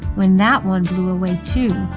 when that one blew away, too,